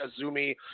Azumi